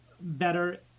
better